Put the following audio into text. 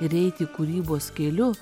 ir eiti kūrybos keliu